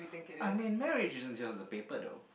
I mean marriage isn't just the paper though